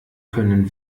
können